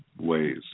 ways